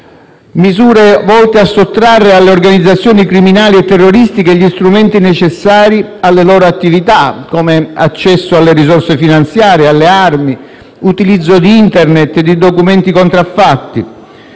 misure volte a sottrarre alle organizzazioni criminali e terroristiche gli strumenti necessari alle loro attività, come l'accesso alle risorse finanziarie, alle armi, all'utilizzo di Internet e di documenti contraffatti,